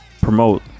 promote